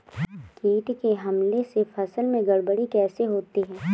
कीट के हमले से फसल में गड़बड़ी कैसे होती है?